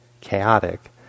chaotic